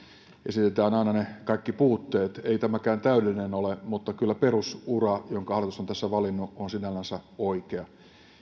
esitetään aina ne kaikki puutteet ei tämäkään täydellinen ole mutta kyllä perusura jonka hallitus on tässä valinnut on sinällänsä oikea